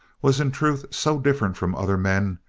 was in truth so different from other men,